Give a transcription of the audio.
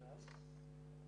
לכולם.